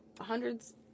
hundreds